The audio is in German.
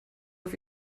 auf